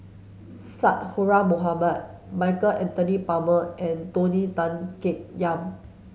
Mohamed Michael Anthony Palmer and Tony Tan Keng Yam